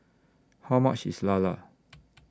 How much IS Lala